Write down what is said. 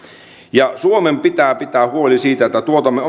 suomen pitää pitää huoli siitä että tuotamme